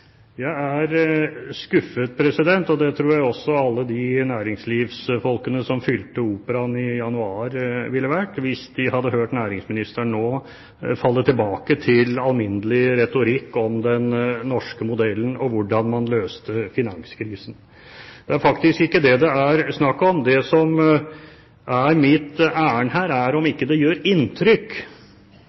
Jeg er skuffet, og det tror jeg også alle de næringslivsfolkene som fylte Operaen i januar, ville vært hvis de hadde hørt næringsministeren nå falle tilbake til alminnelig retorikk om den norske modellen og hvordan man løste finanskrisen. Det er faktisk ikke det det er snakk om. Det som er mitt ærend her, er om det ikke gjør inntrykk